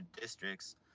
districts